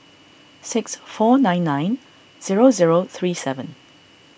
six four nine nine zero zero three seven